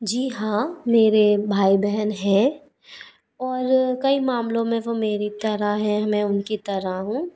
जी हाँ मेरे भाई बहन है और कई मामलों में वो मेरी तरह हैं मैं उनकी तरह हूँ